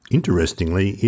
Interestingly